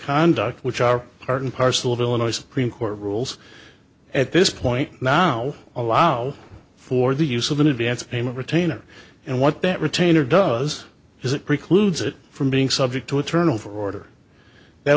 conduct which are part and parcel of illinois supreme court rules at this point now allow for the use of an advance payment retainer and what that retainer does is it precludes it from being subject to a turnover order that